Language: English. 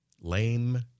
lame